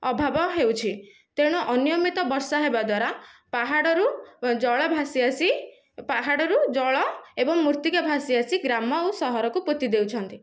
ଅଭାବ ହେଉଛି ତେଣୁ ଅନିୟମିତ ବର୍ଷା ହେବା ଦ୍ୱାରା ପାହାଡ଼ରୁ ଜଳ ଭାସି ଆସି ପାହାଡ଼ରୁ ଜଳ ଏବଂ ମୃତ୍ତିକା ଭାସି ଆସି ଗ୍ରାମ ଓ ସହରକୁ ପୋତି ଦେଉଛନ୍ତି